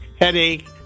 headache